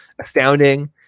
astounding